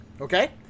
okay